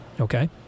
Okay